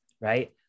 Right